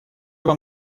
вам